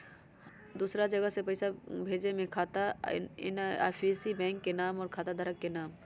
दूसरा जगह पईसा भेजे में खाता नं, आई.एफ.एस.सी, बैंक के नाम, और खाता धारक के नाम?